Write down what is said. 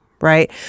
Right